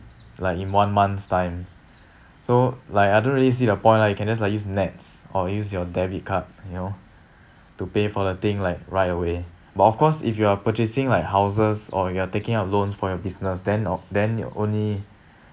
like in one month's time so like I don't really see the point lah you can just like use NETS or use your debit card you know to pay for the thing like right away but of course if you are purchasing like houses or you are taking up loans for your business then O then you only